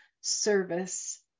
service